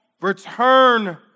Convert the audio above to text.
return